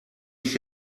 ich